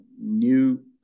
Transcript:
new